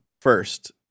First